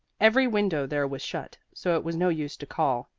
every window there was shut, so it was no use to call.